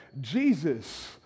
Jesus